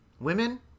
women